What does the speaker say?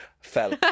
Fell